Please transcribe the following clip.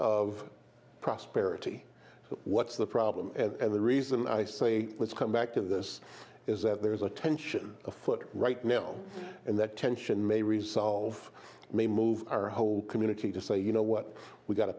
of prosperity so what's the problem and the reason i say let's come back to this is that there's a tension afoot right now and that tension may resolve may move our whole community to say you know what we got to